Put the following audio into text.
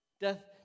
Death